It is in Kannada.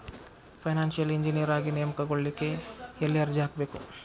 ಫೈನಾನ್ಸಿಯಲ್ ಇಂಜಿನಿಯರ ಆಗಿ ನೇಮಕಗೊಳ್ಳಿಕ್ಕೆ ಯೆಲ್ಲಿ ಅರ್ಜಿಹಾಕ್ಬೇಕು?